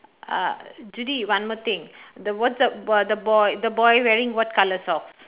uh Judy one more thing the what's up what the boy the boy wearing what colour socks